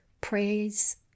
praise